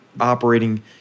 operating